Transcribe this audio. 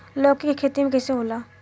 लौकी के खेती कइसे होला?